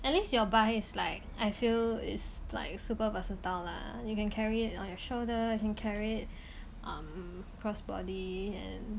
at least your buy is like I feel is like super versatile lah you can carry it on your shoulder you can carry it um cross body and